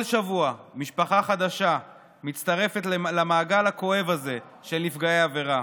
כל שבוע משפחה חדשה מצטרפת למעגל הכואב הזה של נפגעי עבירה.